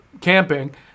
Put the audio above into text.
camping